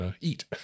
eat